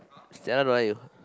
Stella don't like you